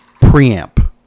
preamp